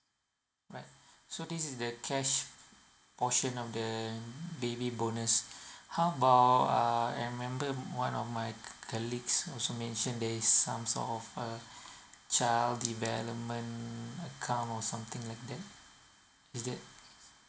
right so this is the cash portion of the baby bonus how about uh I remember one of my colleague also mentioned there's some sort of a child development or something like that is that